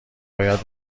باید